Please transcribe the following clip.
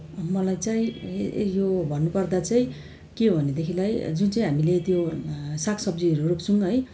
मलाई चाहिँ यो यो भन्नु पर्दा चाहिँ के हो भनेदेखिलाई जुन चाहिँ हामीले त्यो साग सब्जीहरू रोप्छौँ है